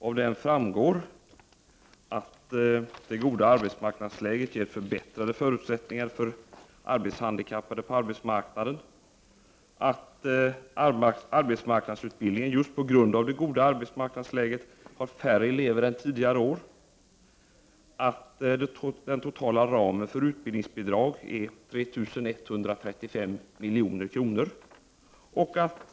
Av den framgår att det goda arbetsmarknadsläget ger förbättrade förutsättningar för arbetshandikappade på arbetsmarknaden, att arbetsmarknadsutbildningen just på grund av det goda arbetsmarknadsläget har färre elever än tidigare år och att den totala ramen för utbildningsbidrag är 3 135 milj.kr.